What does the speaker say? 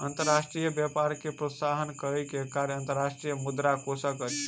अंतर्राष्ट्रीय व्यापार के प्रोत्साहन करै के कार्य अंतर्राष्ट्रीय मुद्रा कोशक अछि